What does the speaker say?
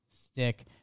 stick